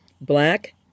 black